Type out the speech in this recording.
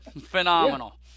Phenomenal